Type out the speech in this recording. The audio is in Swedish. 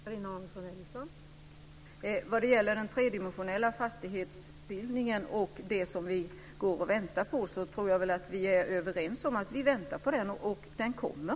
Fru talman! När det gäller den tredimensionella fastighetsbildningen och det som vi går och väntar på tror jag att vi är överens. Vi väntar på den. Den kommer.